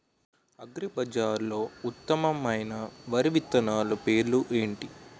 అగ్రిబజార్లో ఉత్తమమైన వరి విత్తనాలు పేర్లు ఏంటి?